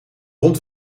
hond